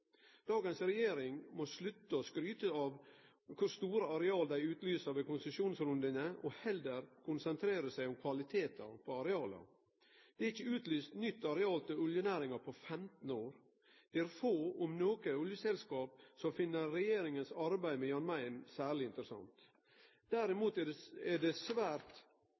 Dagens regjering må slutte å skryte av kor store areal dei utlyser ved konsesjonsrundane og heller konsentrere seg om kvaliteten på areala. Det er ikkje lyst ut nytt areal til oljenæringa på 15 år. Det er få, om nokre, oljeselskap som finn regjeringa sitt arbeid med Jan Mayen særleg interessant. Derimot er det fleire areal som blir sett på som svært